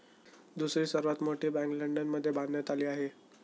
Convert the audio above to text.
दुसरी सर्वात मोठी बँक लंडनमध्ये बांधण्यात आली आहे